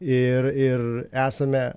ir ir esame